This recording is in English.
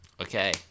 okay